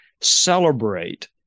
celebrate